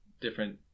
different